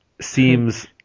seems